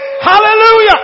Hallelujah